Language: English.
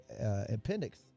appendix